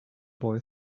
boy